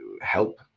help